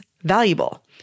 valuable